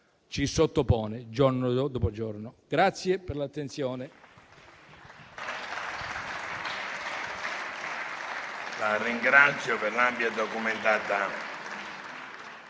ci sottopone giorno dopo giorno. Grazie per l'attenzione.